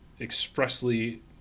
expressly